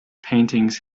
paintings